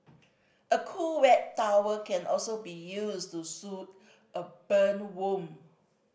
a cool wet tower can also be used to soothe a burn wound